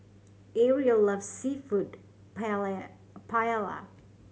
Areli loves Seafood Paella